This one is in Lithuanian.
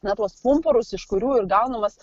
na tuos pumpurus iš kurių ir gaunamas